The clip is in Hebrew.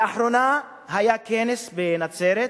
לאחרונה היה כנס בנצרת,